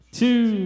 two